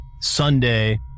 Sunday